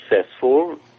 successful